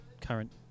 current